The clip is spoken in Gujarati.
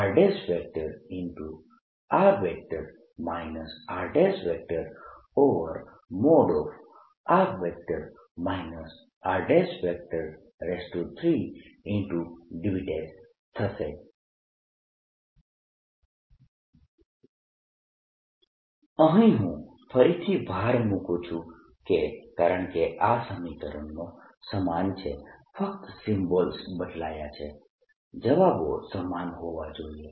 B04πjr×r rr r3dV A14πBr×r rr r3dV અહીં હું ફરીથી ભાર મુકું છું કે કારણકે આ સમીકરણો સમાન છે ફક્ત સિમ્બોલ્સ બદલાયા છે જવાબો સમાન હોવા જોઈએ